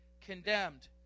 condemned